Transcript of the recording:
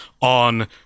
on